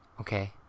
Okay